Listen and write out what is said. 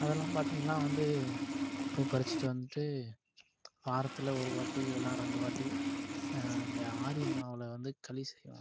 அதெலாம் பார்த்திங்கள்னா வந்து போய் பறிச்சுட்டு வந்துட்டு வாரத்தில் ஒரு வாட்டி இல்லைனா ரெண்டு வாட்டி இந்த ஆரியம்மாவில் வந்து களி செய்வாங்க